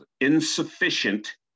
insufficient